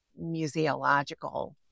museological